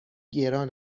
گران